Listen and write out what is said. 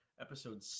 Episode